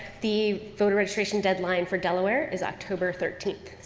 the voter registration deadline for delaware is october thirteen